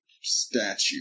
statue